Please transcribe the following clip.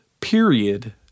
period